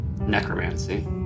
necromancy